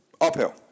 Uphill